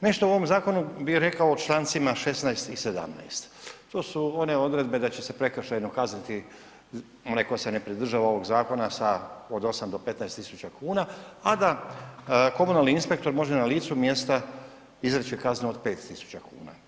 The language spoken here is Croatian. Nešto o ovom zakonu bi rekao o člancima 16.i 17.to su one odredbe da će se prekršajno kazniti onaj tko se pridržava ovog zakona od 8 do 15.000 kuna, a da komunalni inspektor može na licu mjesta izreći kaznu od 5.000 kuna.